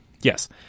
yes